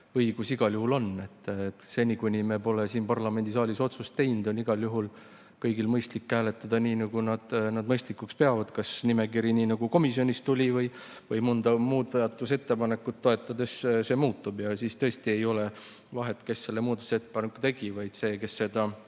õigus tal igal juhul on. Seni, kuni me pole siin parlamendisaalis otsust teinud, on igal juhul kõigil mõistlik hääletada nii, nagu nad mõistlikuks peavad. Kas nimekiri jääb niisuguseks, nagu see komisjonist tuli, või mõnda muudatusettepanekut toetades see muutub, siis tõesti ei ole vahet, kes selle muudatusettepaneku tegi, vaid see, kes seda